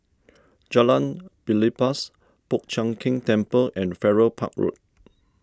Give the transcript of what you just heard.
Jalan Belibas Po Chiak Keng Temple and Farrer Park Road